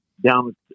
down